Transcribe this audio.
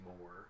more